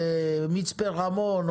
מצפה רמון,